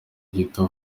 gito